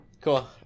Cool